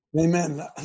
Amen